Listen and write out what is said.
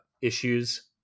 issues